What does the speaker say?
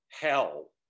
hell